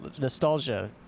nostalgia